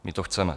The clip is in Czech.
My to chceme.